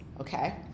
okay